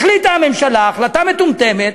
החליטה הממשלה החלטה מטומטמת,